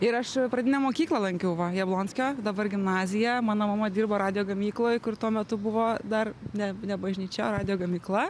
ir aš pradinę mokyklą lankiau va jablonskio dabar gimnazija mano mama dirbo radijo gamykloj kur tuo metu buvo dar ne ne bažnyčia o radijo gamykla